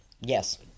Yes